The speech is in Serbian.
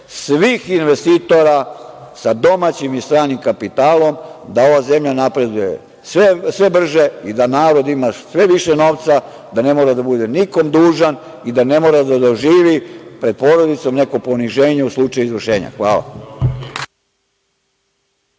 svih investitora sa domaćim i stranim kapitalom da ova zemlja napreduje sve brže i da narod ima sve više novca, da ne mora da bude nikom dužan i da ne mora da doživi pred porodicom neko poniženje u slučaju izvršenja. Hvala.